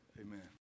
amen